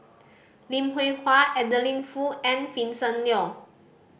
Lim Hwee Hua Adeline Foo and Vincent Leow